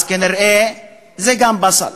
אז כנראה זה גם בסל,